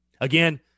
Again